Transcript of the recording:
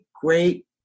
great